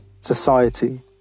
society